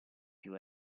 più